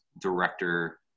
director